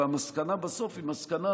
והמסקנה בסוף היא מסקנה